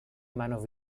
manos